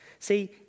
See